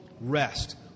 Rest